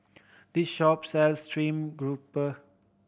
this shop sells stream grouper